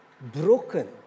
broken